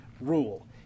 rule